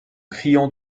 criant